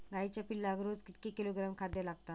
गाईच्या पिल्लाक रोज कितके किलोग्रॅम खाद्य लागता?